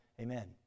amen